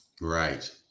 Right